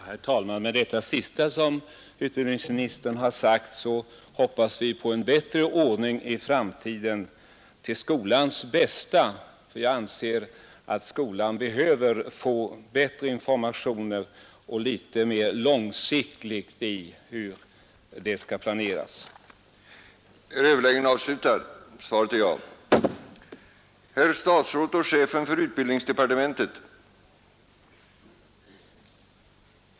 Herr talman! Mot bakgrunden av det som utbildningsministern senast sade hoppas vi på en bättre ordning i framtiden till skolans bästa. Jag anser nämligen att skolan behöver få en bättre och mera långsiktigt upplagd information om planeringen inom sitt område.